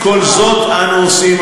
כל זאת אנו עושים,